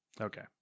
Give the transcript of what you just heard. Okay